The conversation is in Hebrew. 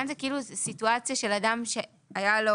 כאן זה כאילו סיטואציה של אדם שהיה לו